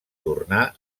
tornà